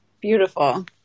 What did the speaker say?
Beautiful